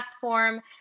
form